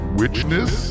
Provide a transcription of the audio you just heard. witchness